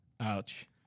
Ouch